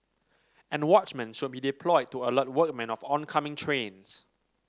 and watchmen should be deployed to alert workmen of oncoming trains